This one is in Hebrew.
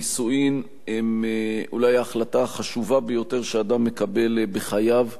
נישואים הם אולי ההחלטה החשובה ביותר שאדם מקבל בחייו.